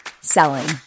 selling